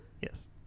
Yes